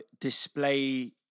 display